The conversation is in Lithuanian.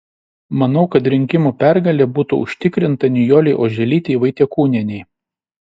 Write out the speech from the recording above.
manau kad rinkimų pergalė būtų užtikrinta nijolei oželytei vaitiekūnienei